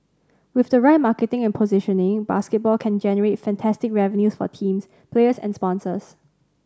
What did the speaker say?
with the right marketing and positioning basketball can generate fantastic revenues for teams players and sponsors